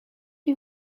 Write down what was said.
you